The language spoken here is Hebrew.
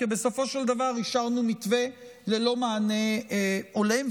כי בסופו של דבר אישרנו מתווה ללא מענה הולם.